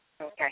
Okay